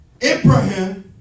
Abraham